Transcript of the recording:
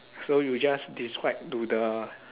so you just describe to the